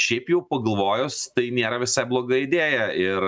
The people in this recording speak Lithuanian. šiaip jau pagalvojus tai nėra visai bloga idėja ir